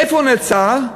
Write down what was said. איפה נעצר?